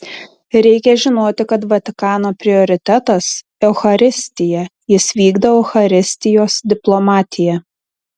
reikia žinoti kad vatikano prioritetas eucharistija jis vykdo eucharistijos diplomatiją